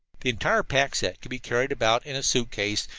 the entire pack-set could be carried about in a suitcase,